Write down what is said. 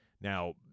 now